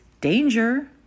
danger